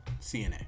CNA